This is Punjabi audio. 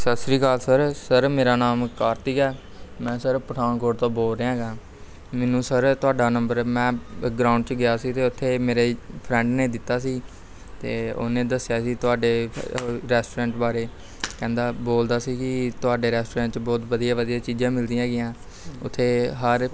ਸਤਿ ਸ਼੍ਰੀ ਅਕਾਲ ਸਰ ਸਰ ਮੇਰਾ ਨਾਮ ਕਾਰਤਿਕ ਹੈ ਮੈਂ ਸਰ ਪਠਾਨਕੋਟ ਤੋਂ ਬੋਲ ਰਿਹਾ ਹੈਗਾ ਮੈਨੂੰ ਸਰ ਤੁਹਾਡਾ ਨੰਬਰ ਮੈਂ ਗਰਾਊਂਡ 'ਚ ਗਿਆ ਸੀ ਅਤੇ ਉੱਥੇ ਮੇਰੇ ਇੱਕ ਫਰੈਂਡ ਨੇ ਦਿੱਤਾ ਸੀ ਅਤੇ ਉਹਨੇ ਦੱਸਿਆ ਸੀ ਤੁਹਾਡੇ ਰੈਸਟੋਰੈਂਟ ਬਾਰੇ ਕਹਿੰਦਾ ਬੋਲਦਾ ਸੀ ਕਿ ਤੁਹਾਡੇ ਰੈਸਟੋਰੈਂਟ 'ਚ ਬਹੁਤ ਵਧੀਆ ਵਧੀਆ ਚੀਜ਼ਾਂ ਮਿਲਦੀਆਂ ਹੈਗੀਆਂ ਉੱਥੇ ਹਰ